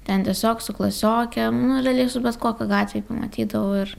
ten tiesiog su klasiokėm nu realiai su bet kuo ką gatvėj pamatydavau ir